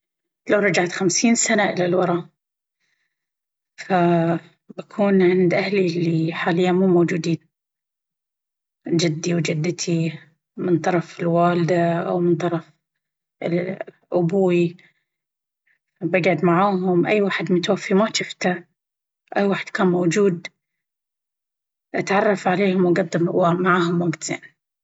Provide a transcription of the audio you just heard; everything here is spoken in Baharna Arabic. لو رجعت خمسين سنة إلى الورا فبكون عند أهلي إلي حاليا مو موجودين، جدي وجدتي من طرف الوالدة ومن طرف أبوي وبقعد معاهم، اي واحد متوفي ما جفته، أي واحد كان موجود أتعرف عليهم وأقضي معاهم وقت زين. واللي فعلا ابغى اعرفه هو تاريخ وأسماء أجدادي علشان أوصل لمعلومات أكثر عن أصولي وجذور عائلتي وممكن أرسمهم بعد أو أصورهم.